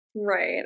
Right